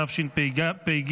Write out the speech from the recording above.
התשפ"ג